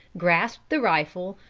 grasped the rifle,